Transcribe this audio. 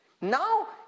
Now